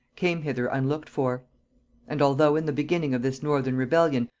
came hither unlooked for and although, in the beginning of this northern rebellion,